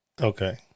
Okay